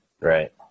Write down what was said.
Right